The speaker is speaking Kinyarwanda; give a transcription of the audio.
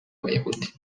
abayahudi